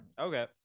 okay